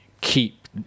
keep